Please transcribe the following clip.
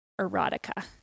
erotica